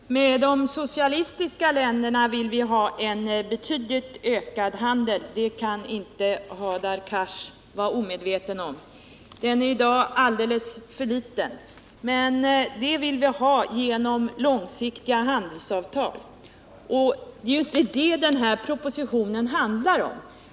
Herr talman! Med de socialistiska länderna vill vi ha en betydligt ökad handel, det kan inte Hadar Cars vara omedveten om. Den handeln är i dag alldeles för liten. Men ökningen vill vi ha genom långsiktiga handelsavtal, och det är inte det som denna proposition handlar om.